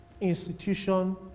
institution